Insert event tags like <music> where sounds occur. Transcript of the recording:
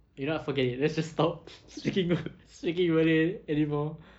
you know what forget it let's just stop speaking <laughs> ma~ speaking in malay anymore